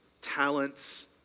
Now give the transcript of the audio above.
talents